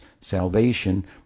salvation